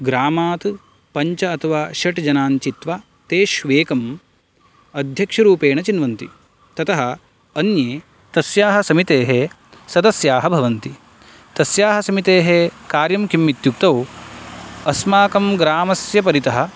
ग्रामात् पञ्च अथवा षट् जनान् चित्वा तेष्वेकं अध्यक्षरूपेण चिन्वन्ति ततः अन्ये तस्याः समितेः सदस्याः भवन्ति तस्याः समितेः कार्यं किम् इत्युक्तौ अस्माकं ग्रामस्य परितः